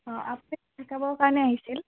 অঁ আপুনি চেক আপৰ কাৰণে আহিছিল